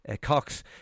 Cox